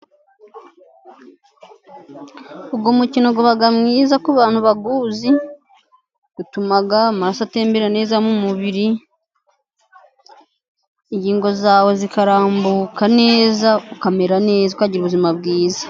Uyu mukino uba mwiza ku bantu bawuzi, utuma amaraso atembera mu mubiri, ingingo zawe zikarambuka neza, ukamera neza. Ukagira ubuzima bwiza.